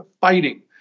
fighting